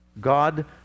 God